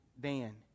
van